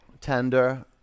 tender